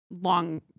long